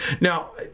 now